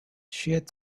shared